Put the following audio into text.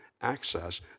access